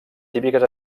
típiques